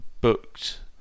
booked